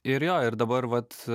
ir jo ir dabar vat